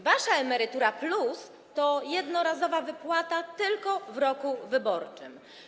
Wasza emerytura+ to jednorazowa wypłata tylko w roku wyborczym.